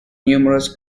numerous